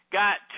got